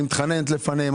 אני מתחננת לפניהם.